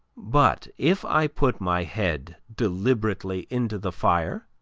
but if i put my head deliberately into the fire,